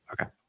Okay